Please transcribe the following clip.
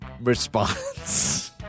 Response